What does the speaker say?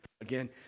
Again